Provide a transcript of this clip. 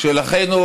שהגבורה של אחינו,